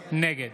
נגד